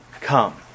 come